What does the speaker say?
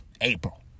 April